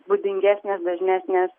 būdingesnės dažnesnės